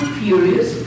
furious